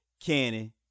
Cannon